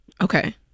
Okay